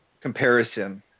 comparison